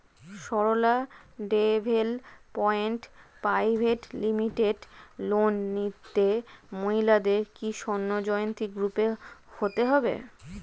Sarala development private limited loan নিতে মহিলাদের কি স্বর্ণ জয়ন্তী গ্রুপে হতে হবে?